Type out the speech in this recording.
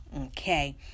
Okay